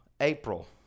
April